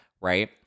Right